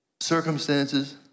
circumstances